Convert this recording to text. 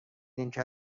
اینکه